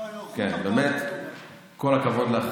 באמת כל הכבוד לך,